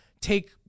take